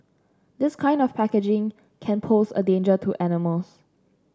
this kind of packaging can pose a danger to animals